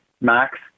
max